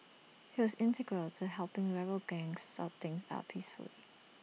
he was integral to helping rival gangs sort things out peacefully